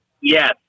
Yes